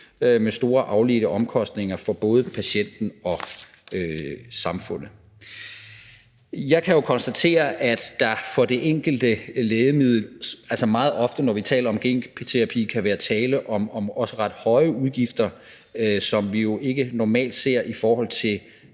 med store afledte omkostninger for både patienten og samfundet. Jeg kan jo konstatere, at der for det enkelte lægemiddel meget ofte, når vi taler om genterapi, kan være tale om ret høje udgifter, som vi ikke normalt ser i forhold til